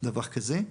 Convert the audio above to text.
דבר כזה.